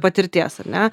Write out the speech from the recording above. patirties ar ne